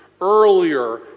earlier